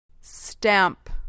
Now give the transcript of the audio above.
Stamp